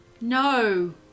No